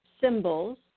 symbols